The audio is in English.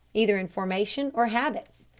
either in formation or habits.